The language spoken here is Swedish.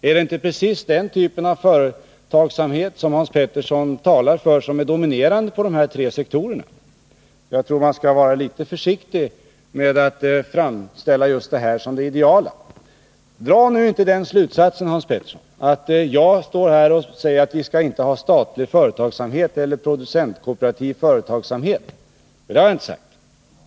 Ärdetinte just den typen av företagsamhet som Hans Petersson talar för som är dominerande på dessa tre sektorer? Jag tror man skall vara litet försiktig Nr 51 med att framställa just dem som det ideala. Tisdagen den Dra nu inte den slutsatsen, Hans Petersson, att jag därmed sagt att vi inte 16 december 1980 skall ha statlig företagsamhet eller producentkooperativ företagsamhet — det har jag inte sagt.